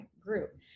group